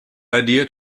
idea